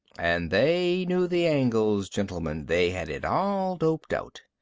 and they knew the angles, gentlemen. they had it all doped out.